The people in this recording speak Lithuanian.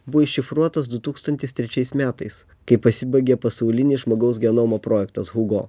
buvo iššifruotas du tūkstantis trečiais metais kai pasibaigė pasaulinis žmogaus genomo projektas hugo